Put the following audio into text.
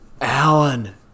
Alan